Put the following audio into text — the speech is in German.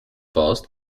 baust